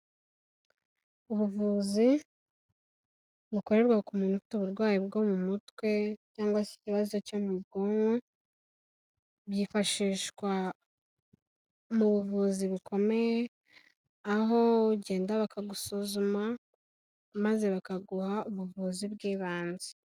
Ubuvuzi bukorerwa ku muntu ufite uburwayi bwo mu mutwe, cyangwa se ikibazo cyo mu bwonko, byifashishwa mu buvuzi bukomeye, aho ugenda bakagusuzuma maze bakaguha ubuvuzi bw'ibanze.